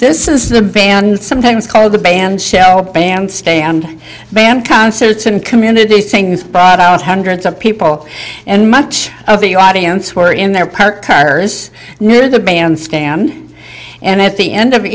this is the band sometimes called the band shell a bandstand band concerts and community things brought out hundreds of people and much of the audience were in their parked cars near the bandstand and at the end of